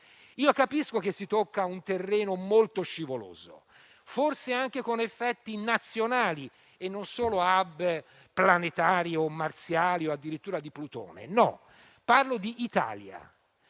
Capisco che si tocca un terreno molto scivoloso, forse anche con effetti nazionali, e non solo riferiti a *hub* planetari, marziani o addirittura di Plutone. No, io parlo di Italia.